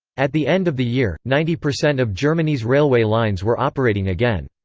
at the end of the year, ninety percent of germany's railway lines were operating again.